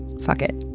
fuck it.